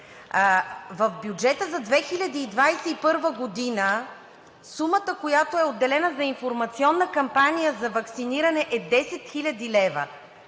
В бюджета за 2021 г. сумата, която е отделена за информационна кампания за ваксиниране, е 10 хил. лв.